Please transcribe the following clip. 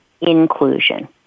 inclusion